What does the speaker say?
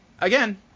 Again